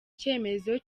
cyemezo